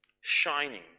shining